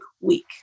week